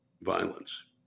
violence